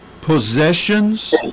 possessions